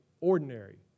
ordinary